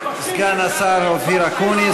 תודה לסגן השר אופיר אקוניס,